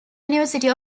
university